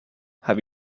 have